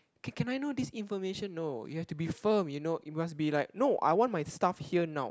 can can I know this information no you have to be firm you know you must be like no I want my staff here now